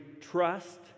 trust